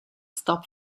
stop